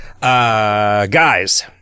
Guys